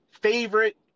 favorite